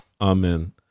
Amen